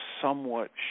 somewhat